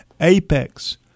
Apex